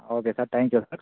okay sir thank you sir